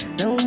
no